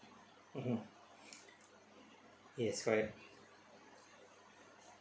mmhmm yes correct